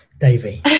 Davey